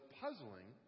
puzzling